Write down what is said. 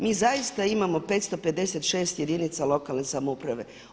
Mi zaista imamo 556 jedinica lokalne samouprave.